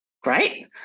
great